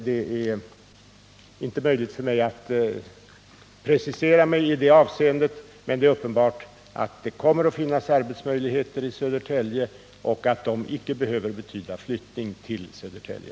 Det är inte möjligt för mig att precisera mig i det avseendet. Men det är uppenbart att det kommer att finnas arbetstillfällen i Södertälje men att det inte behöver betyda att de berörda nyanställda flyttar till Södertälje.